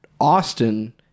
Austin